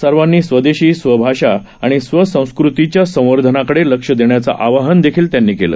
सर्वांनी स्वदेशी स्वभाषा आणि स्वसंस्कृतीच्या संवर्धनाकडे लक्ष देण्याचं आवाहन त्यांनी केलं